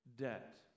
debt